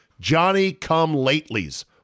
Johnny-come-latelys